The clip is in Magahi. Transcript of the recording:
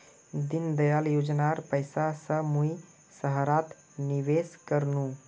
दीनदयाल योजनार पैसा स मुई सहारात निवेश कर नु